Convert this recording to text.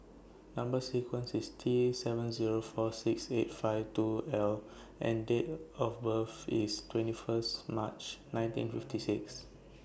Number sequence IS T seven Zero four six eight five two L and Date of birth IS twenty First March nineteen fifty six